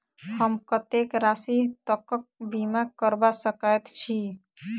हम कत्तेक राशि तकक बीमा करबा सकैत छी?